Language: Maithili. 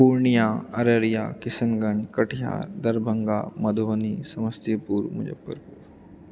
पूर्णियाँ अररिया किशनगञ्ज कटिहार दरभङ्गा मधुबनी समस्तीपुर मुज्जफरपुर